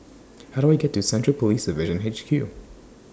How Do I get to Central Police Division H Q